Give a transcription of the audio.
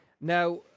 now